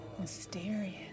Mysterious